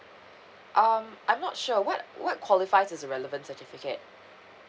um I'm not sure what what qualifies as a relevant certificate